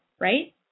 Right